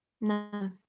No